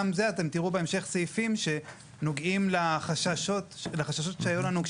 בהמשך אתם תראו סעיפים שנוגעים לחששות שהיו לנו על זה